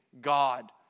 God